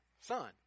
son